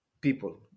people